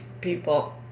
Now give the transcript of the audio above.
people